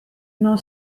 non